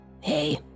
Hey